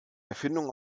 erfindung